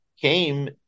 came